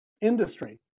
industry